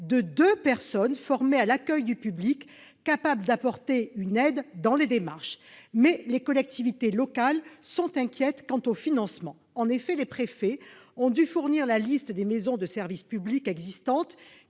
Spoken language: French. de deux personnes formées à l'accueil du public, capables d'apporter une aide dans les démarches. Or les collectivités locales s'inquiètent de leur financement. Les préfets ont dû fournir la liste des maisons de services au public existantes